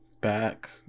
back